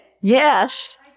yes